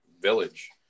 village